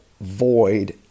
void